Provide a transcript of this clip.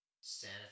Santa